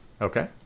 Okay